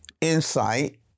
insight